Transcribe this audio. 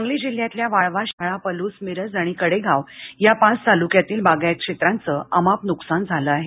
सांगल जिल्ह्यातलि वाळवा शिराळा पलूस मिरज आणि कडेगांव या पाच तालुक्यातलि बागायत क्षेत्राचं अमाप नुकसान झालं आहे